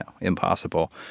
impossible